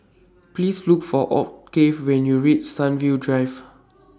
Please Look For Octave when YOU REACH Sunview Drive